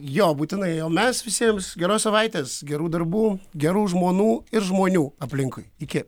jo būtinai o mes visiems geros savaitės gerų darbų gerų žmonų ir žmonių aplinkui iki